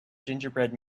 gingerbread